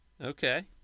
okay